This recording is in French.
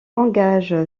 engage